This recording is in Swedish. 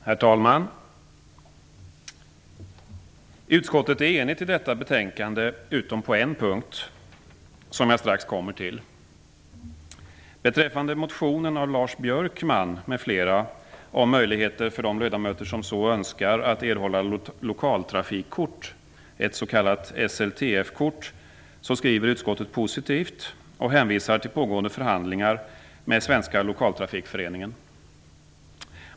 Herr talman! Utskottet är enigt i detta betänkande utom på en punkt som jag strax kommer till. Beträffande motionen av Lars Björkman m.fl. om möjligheter för de ledamöter som så önskar att erhålla lokaltrafikkort, ett s.k. SLTF-kort, skriver utskottet positivt och hänvisar till pågående förhandlingar med Svenska lokaltrafikföreningen.